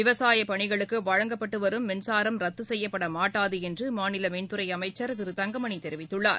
விவசாயபணிகளுக்குவழங்கப்பட்டுவரும் மின்சாரம் ரத்துசெய்யப்படமாட்டாதுஎன்றுமாநிலமின்துறைஅமைச்சர் திரு தங்கமணிதெரிவித்துள்ளார்